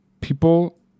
People